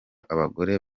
abagore